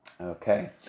Okay